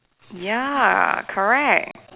ya correct